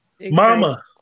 Mama